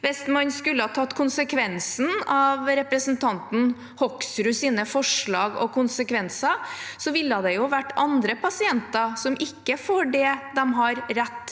Hvis man skulle tatt konsekvensen av representanten Hoksruds forslag, ville det vært andre pasienter som ikke får det de har rett